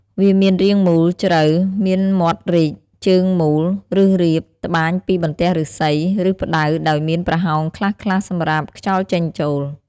វាមានរាងមូល ជ្រៅ មានមាត់រីក ជើងមូល ឬរាប ត្បាញពីបន្ទះឫស្សី ឬផ្តៅដោយមានប្រហោងខ្លះៗសម្រាប់ខ្យល់ចេញចូល។